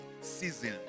season